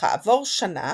וכעבור שנה